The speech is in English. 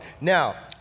Now